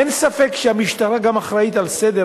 אין ספק שהמשטרה גם אחראית לסדר,